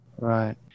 Right